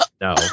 No